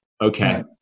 Okay